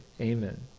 Amen